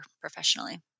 professionally